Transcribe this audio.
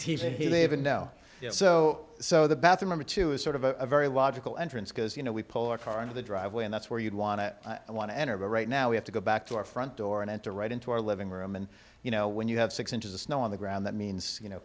said he live in no so so the bathroom into a sort of a very logical entrance because you know we pull our car into the driveway and that's where you'd want to i want to enter but right now we have to go back to our front door and enter right into our living room and you know when you have six inches of snow on the ground that means you know